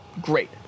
Great